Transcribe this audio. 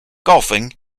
golfing